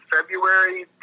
February